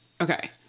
Okay